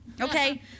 Okay